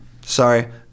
sorry